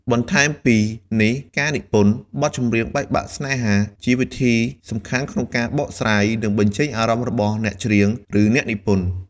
បន្ថែមពីនេះការនិពន្ធ បទចម្រៀងបែកបាក់ស្នេហា ជាវិធីសំខាន់ក្នុងការបកស្រាយ និងបញ្ចេញអារម្មណ៍របស់អ្នកច្រៀង ឬអ្នកនិពន្ធ។